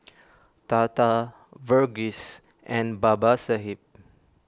Tata Verghese and Babasaheb